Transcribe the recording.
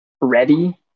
ready